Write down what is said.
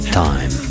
time